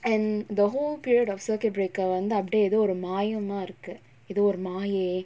and the whole period of circuit breaker வந்து அப்புடியே எதோ ஒரு மாயமா இருக்கு இது ஒரு மாயே:vanthu appudiyae etho oru maayamaa irukku ithu oru maayae